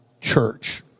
church